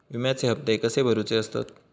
विम्याचे हप्ते कसे भरुचे असतत?